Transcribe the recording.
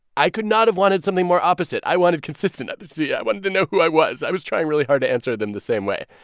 i could not have wanted something more opposite. i wanted consistency. i but yeah wanted to know who i was. i was trying really hard to answer them the same way.